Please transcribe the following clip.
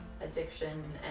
addiction